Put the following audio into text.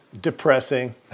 depressing